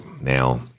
Now